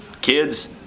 kids